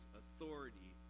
authority